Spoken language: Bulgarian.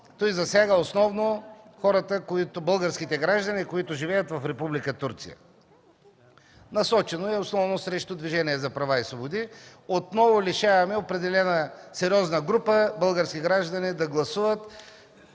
Той засяга основно българските граждани, които живеят в Република Турция. Насочено е основно срещу Движението за права и свободи. Отново лишаваме определена сериозна група български граждани да гласуват